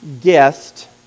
guest